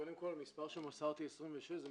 קודם כל, המספר שמסרתי, 26, הוא